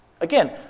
Again